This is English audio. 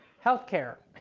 healthcare.